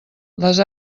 les